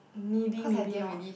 maybe maybe not